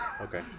Okay